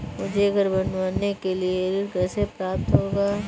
मुझे घर बनवाने के लिए ऋण कैसे प्राप्त होगा?